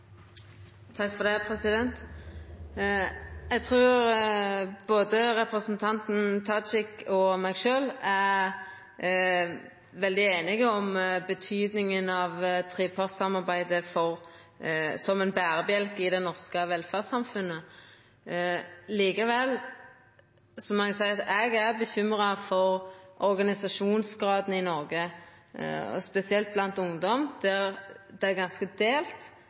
veldig einige om tydinga av trepartssamarbeidet som ein berebjelke i det norske velferdssamfunnet. Likevel må eg seia at eg er bekymra for organisasjonsgraden i Noreg, spesielt blant ungdom, der det er ganske delt.